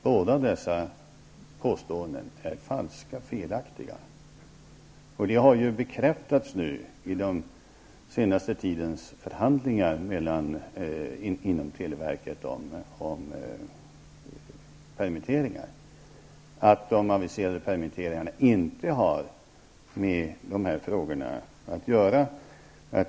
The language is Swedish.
Båda dessa påståenden är falska felaktiga. Det har också bekräftats i den senaste tidens förhandlingar inom televerket när det gäller permitteringar att de aviserade permitteringarna inte har med dessa frågor att göra.